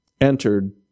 entered